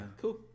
cool